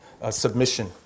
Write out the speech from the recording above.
Submission